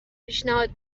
پیشنهاد